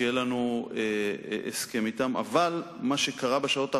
שיהיה לנו הסכם אתם, אבל מה שקרה בשעות האחרונות,